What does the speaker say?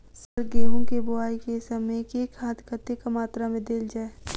Sir गेंहूँ केँ बोवाई केँ समय केँ खाद कतेक मात्रा मे देल जाएँ?